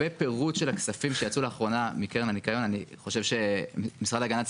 זה לא שאנו מחזיקים את השיבר ולא מאפשרים לשחרר.